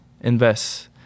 invest